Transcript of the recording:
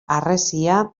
harresia